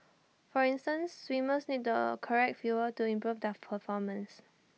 for instance swimmers need the correct fuel to improve their performance